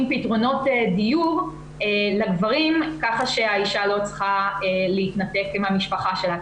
פתרונות דיור לגברים כך שהאשה לא צריכה להתנתק עם המשפחה שלה.